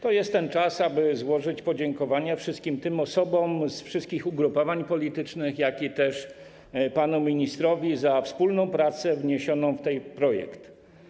To jest czas, aby złożyć podziękowania wszystkim osobom z wszystkich ugrupowań politycznych, jak również panu ministrowi za wspólną pracę włożoną w ten projekt.